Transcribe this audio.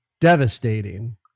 devastating